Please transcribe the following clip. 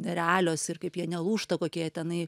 nerealios ir kaip jie nelūžta kokie jie tenai